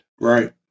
Right